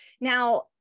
Now